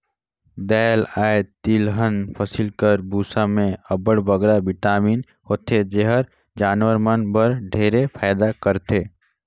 दाएल अए तिलहन फसिल कर बूसा में अब्बड़ बगरा बिटामिन होथे जेहर जानवर मन बर ढेरे फएदा करथे